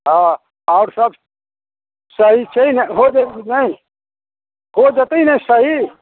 हँ आओर सब सही छै ने हो जेतै नहि हो जेतै ने सही